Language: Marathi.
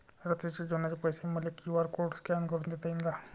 रात्रीच्या जेवणाचे पैसे मले क्यू.आर कोड स्कॅन करून देता येईन का?